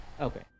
Okay